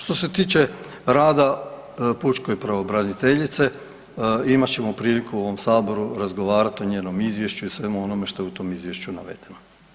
Što se tiče rada pučke pravobraniteljice imat ćemo priliku u ovom Saboru razgovarati o njenom izvješću i svemu onome što je u tom izvješću navedeno.